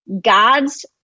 God's